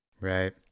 right